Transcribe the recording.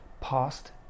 past